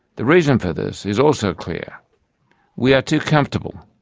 the reason for this is also clear we are too comfortable,